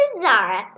Zara